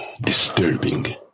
disturbing